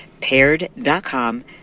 Paired.com